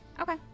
Okay